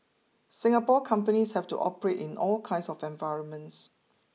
Singapore companies have to operate in all kinds of environments